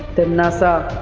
timnasa,